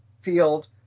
field